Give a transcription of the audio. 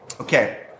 okay